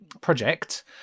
project